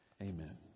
Amen